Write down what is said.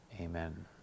Amen